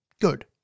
Good